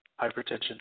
hypertension